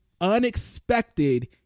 unexpected